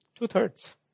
Two-thirds